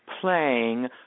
playing